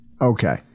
Okay